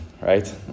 right